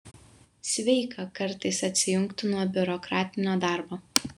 sveika kartais atsijungti nuo biurokratinio darbo